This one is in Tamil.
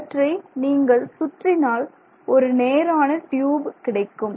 அவற்றை நீங்கள் சுற்றினால் ஒரு நேரான டியூப் கிடைக்கும்